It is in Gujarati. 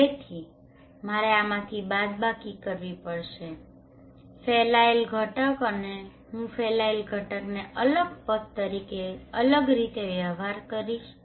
તેથી મારે આમાંથી બાદબાકી કરવી પડશે ફેલાયેલ ઘટક અને હું ફેલાયેલ ઘટકને અલગ પદ તરીકે અલગ રીતે વ્યવહાર કરીશ